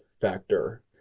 factor